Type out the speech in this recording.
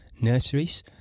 nurseries